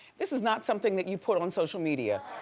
this is not something that you put on social media.